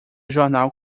jornal